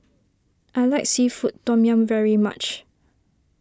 I like Seafood Tom Yum very much